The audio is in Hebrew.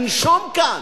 לנשום כאן.